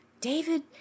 David